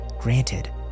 Granted